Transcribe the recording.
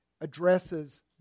addresses